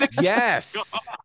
yes